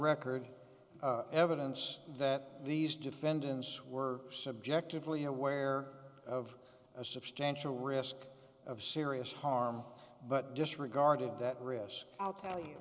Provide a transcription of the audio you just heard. record evidence that these defendants were subjectively aware of a substantial risk of serious harm but disregarded that risk i'll tell you